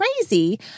crazy